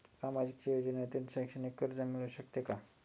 सामाजिक योजनेतून शैक्षणिक कर्ज मिळू शकते का?